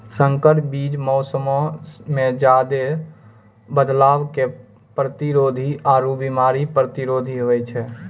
संकर बीज मौसमो मे ज्यादे बदलाव के प्रतिरोधी आरु बिमारी प्रतिरोधी होय छै